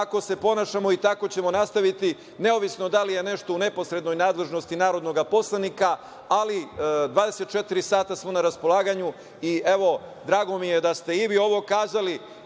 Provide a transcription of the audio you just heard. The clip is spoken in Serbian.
tako se ponašamo i tako ćemo nastaviti, neovisno da li je nešto u neposrednoj nadležnosti narodnog poslanika, ali 24 sata smo na raspolaganju. Drago mi je da ste i vi ovo kazali